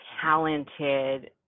talented